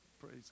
Praise